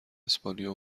اسپانیا